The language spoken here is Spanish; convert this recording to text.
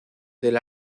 del